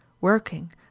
working